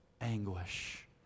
anguish